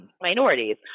Minorities